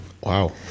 Wow